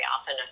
often